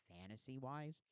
fantasy-wise